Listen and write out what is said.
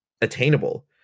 attainable